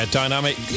dynamic